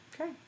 Okay